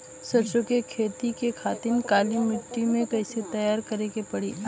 सरसो के खेती के खातिर काली माटी के कैसे तैयार करे के पड़ी?